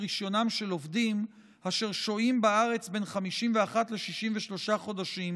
רישיונם של עובדים אשר שוהים בארץ בין 51 ל-63 חודשים